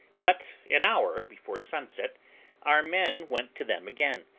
but an hour before sunset our men went to them again,